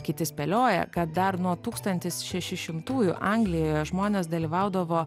kiti spėlioja kad dar nuo tūkstantis šeši šimtųjų anglijoje žmonės dalyvaudavo